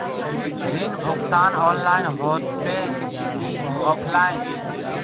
ऋण भुगतान ऑनलाइन होते की ऑफलाइन?